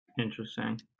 Interesting